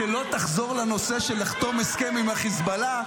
שלא תחזור לנושא של לחתום הסכם עם חיזבאללה,